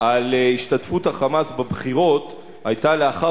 על השתתפות ה"חמאס" בבחירות היתה לאחר